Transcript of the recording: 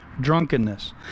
drunkenness